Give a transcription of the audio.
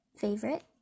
favorite